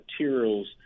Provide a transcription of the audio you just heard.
Materials